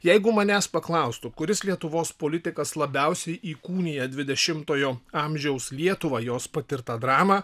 jeigu manęs paklaustų kuris lietuvos politikas labiausiai įkūnija dvidešimtojo amžiaus lietuvą jos patirtą dramą